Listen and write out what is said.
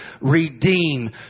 redeem